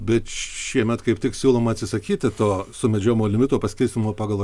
bet šiemet kaip tik siūloma atsisakyti to sumedžiojimo limito paskirstymo pagal